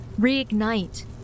reignite